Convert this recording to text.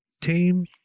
team